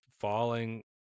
falling